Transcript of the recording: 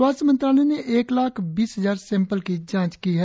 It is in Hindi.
स्वास्थ्य विभाग ने एक लाख बीस हजार सैंपल की जांच की है